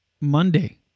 Monday